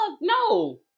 no